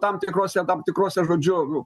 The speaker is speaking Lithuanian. tam tikrose tam tikrose žodžiu